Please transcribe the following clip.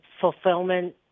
fulfillment